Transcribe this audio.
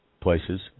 places